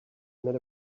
met